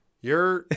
you're-